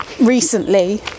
recently